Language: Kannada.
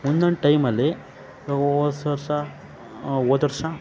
ಒಂದೊಂದು ಟೈಮಲ್ಲಿ ಅವು ವರ್ಷ ವರ್ಷ ಹೋದರ್ಷ